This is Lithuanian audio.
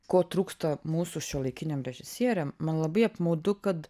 ko trūksta mūsų šiuolaikiniam režisieriam man labai apmaudu kad